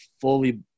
fully